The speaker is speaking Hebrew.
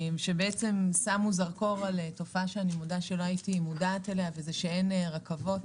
ששמו זרקור על תופעה שאני מודה שלא הייתי מודעת אליה שאין רכבות